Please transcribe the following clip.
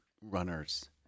runner's